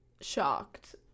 shocked